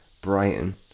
Brighton